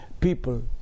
people